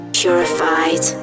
purified